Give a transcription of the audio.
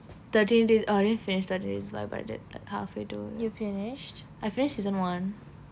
thirteen rea~ ah already finish that already half way two I finished season one